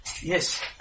yes